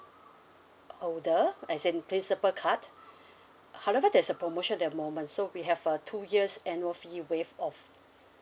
oh the as in principal card however there's a promotion the moment so we have uh two years annual fee waive off